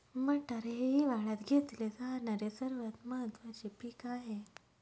मटार हे हिवाळयात घेतले जाणारे सर्वात महत्त्वाचे पीक आहे